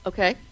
Okay